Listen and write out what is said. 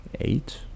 eight